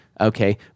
Okay